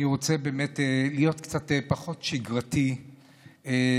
אני רוצה באמת להיות קצת פחות שגרתי ולקרוא